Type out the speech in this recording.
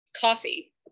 coffee